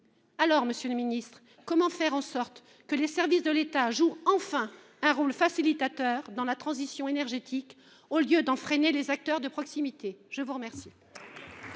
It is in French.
ces conditions, comment faire en sorte que les services de l’État jouent enfin un rôle facilitateur dans la transition énergétique, au lieu d’en freiner les acteurs de proximité ? La parole